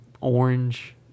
orange